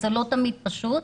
זה לא תמיד פשוט.